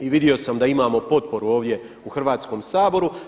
I vidio sam da imamo potporu ovdje u Hrvatskom saboru.